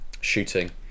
shooting